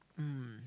mm